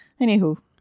anywho